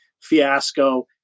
fiasco